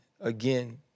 again